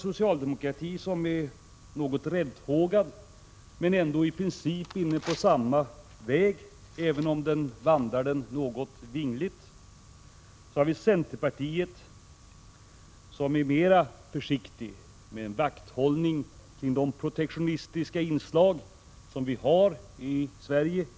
Socialdemokratin är något räddhågad, men den är ändå i princip inne på samma väg, även om den vandrar den något vingligt. Centerpartiet är mera försiktigt med en vakthållning kring de protektionistiska inslag som vi alltjämt har i Sverige.